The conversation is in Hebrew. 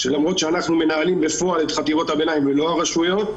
שלמרות שאנחנו מנהלים בפועל את חטיבות הביניים ולא הרשויות,